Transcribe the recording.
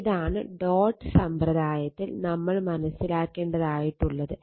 ഇതാണ് ഡോട്ട് സമ്പ്രദായത്തിൽ നമ്മൾ മനസ്സിലാക്കേണ്ടതായിട്ടുള്ളത്